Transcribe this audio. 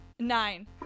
Nine